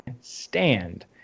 stand